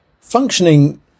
Functioning